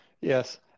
Yes